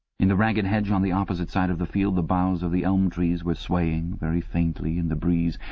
in the ragged hedge on the opposite side of the field the boughs of the elm trees were swaying very faintly in the breeze,